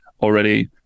already